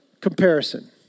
comparison